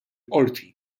qorti